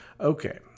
Okay